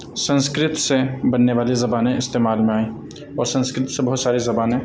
سنسکرت سے بننے والی زبانیں استعمال میں آئیں اور سنسکرت سے بہت ساری زبانیں